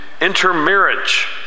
intermarriage